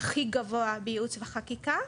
הכי גבוהה בייעוץ וחקיקה.